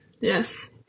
Yes